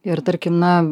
ir tarkim na